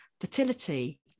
fertility